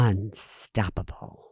Unstoppable